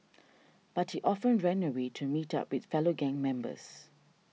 but he often ran away to meet up with fellow gang members